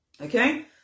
Okay